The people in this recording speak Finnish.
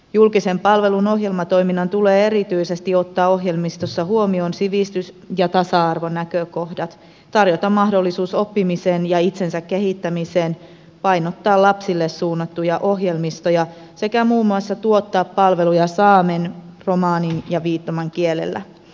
julkisen palvelun ohjelmatoiminnan tulee erityisesti ottaa ohjelmistossa huomioon sivistys ja tasa arvonäkökohdat tarjota mahdollisuus oppimiseen ja itsensä kehittämiseen painottaa lapsille suunnattuja ohjelmistoja sekä muun muassa tuottaa palveluja saamen romanin ja viittomakielellä